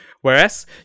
Whereas